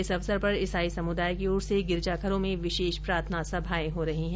इस अवसर पर ईसाई समुदाय की ओर से गिरिजाघरों में विशेष प्रार्थना सभाए हो रही हैं